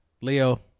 Leo